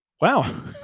Wow